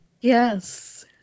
Yes